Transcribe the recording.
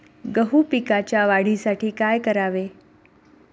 गहू पिकाच्या वाढीसाठी काय करावे?